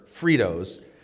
Fritos